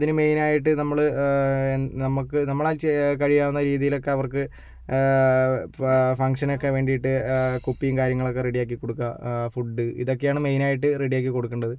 അതിന് മെയിനായിട്ട് നമ്മൾ നമുക്ക് നമ്മളാൽ കഴിയാവുന്ന രീതിയിലൊക്കെ അവർക്ക് ഫംഗ്ഷനൊക്കെ വേണ്ടിയിട്ട് കുപ്പിയും കാര്യങ്ങളൊക്കെ റെഡിയാക്കി കൊടുക്കുക ഫുഡ് ഇതൊക്കെയാണ് മെയിനായിട്ട് റെഡിയാക്കി കൊടുക്കേണ്ടത്